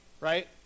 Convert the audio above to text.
right